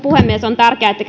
puhemies on tärkeää että